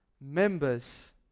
members